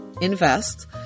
invest